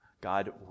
God